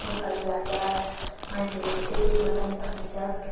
नेपाली भाषा मान्छेले छिटै सिक्न पनि सकिन्छ